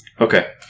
Okay